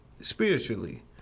spiritually